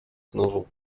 znowu